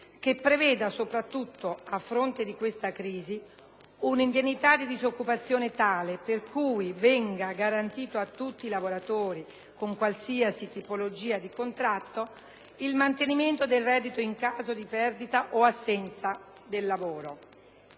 che preveda, soprattutto a fronte di questa crisi, un'indennità di disoccupazione tale per cui venga garantito a tutti i lavoratori, con qualsiasi tipologia di contratto, il mantenimento del reddito in caso di perdita o assenza del lavoro.